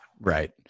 Right